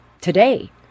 today